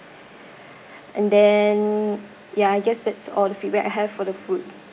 and then ya I guess that's all the feedback I have for the food